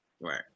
right